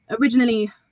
originally